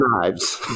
knives